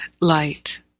light